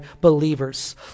believers